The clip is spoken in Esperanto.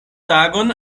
tagon